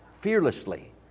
fearlessly